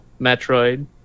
Metroid